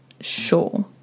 sure